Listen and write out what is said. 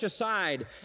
aside